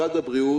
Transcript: משרד הבריאות,